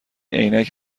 عینک